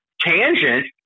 tangent